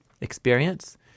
experience